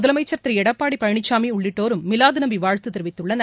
முதலமைச்சர் திரு எடப்பாடி பழனிசாமி உள்ளிட்டோரும் மிலாது நபி வாழ்த்து தெரிவித்துள்ளனர்